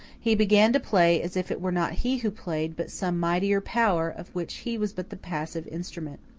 he began to play as if it were not he who played, but some mightier power, of which he was but the passive instrument.